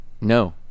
No